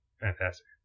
Fantastic